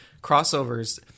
crossovers